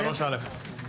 (א)